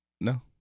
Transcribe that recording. no